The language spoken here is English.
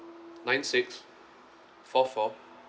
nine six four four